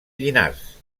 llinars